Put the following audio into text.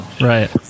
Right